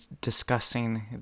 discussing